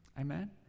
Amen